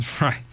Right